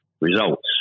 results